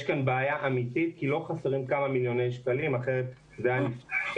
יש כאן בעיה אמיתית כי לא חסרים כמה מיליוני שקלים כי אחרת זה היה נפתר.